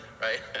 Right